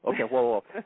okay